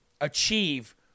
achieve